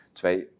twee